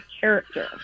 character